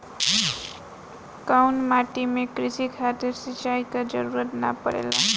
कउना माटी में क़ृषि खातिर सिंचाई क जरूरत ना पड़ेला?